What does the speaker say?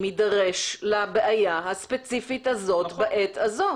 יידרש לבעיה הספציפית הזאת בעת הזו.